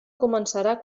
començarà